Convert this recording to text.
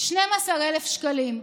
12,000 שקלים.